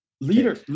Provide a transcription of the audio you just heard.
Leader